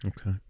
Okay